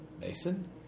Mason